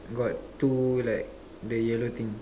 got two like the yellow thing